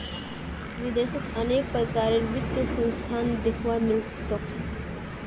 विदेशत अनेक प्रकारेर वित्तीय संस्थान दख्वा मिल तोक